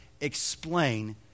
explain